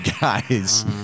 guys